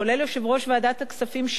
כולל יושב-ראש ועדת הכספים,